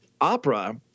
opera